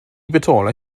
betalar